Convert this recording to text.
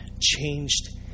changed